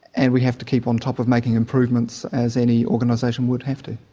and we have to keep on top of making improvements as any organisation would have to.